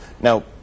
Now